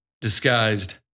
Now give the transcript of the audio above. disguised